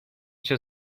cię